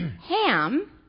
Ham